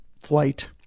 flight